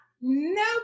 Nope